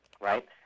Right